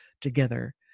together